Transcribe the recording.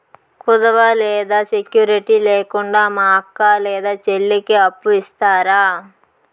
కుదువ లేదా సెక్యూరిటి లేకుండా మా అక్క లేదా చెల్లికి అప్పు ఇస్తారా?